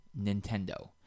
Nintendo